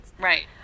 Right